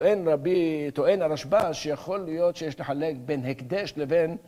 טוען רבי טוען הרשבא שיכול להיות שיש לחלק בין הקדש לבין